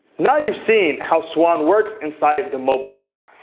now you've seen how swann works inside the mobile app.